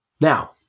Now